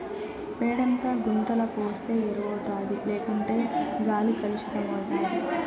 పేడంతా గుంతల పోస్తే ఎరువౌతాది లేకుంటే గాలి కలుసితమైతాది